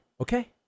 okay